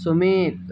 Sumeet